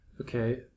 Okay